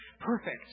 perfect